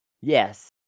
Yes